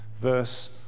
verse